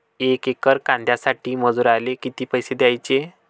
यक हेक्टर कांद्यासाठी मजूराले किती पैसे द्याचे?